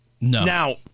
Now